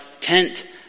tent